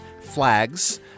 flags